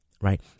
right